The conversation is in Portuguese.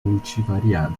multivariada